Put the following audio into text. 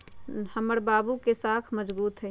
हमर बाबू के साख मजगुत हइ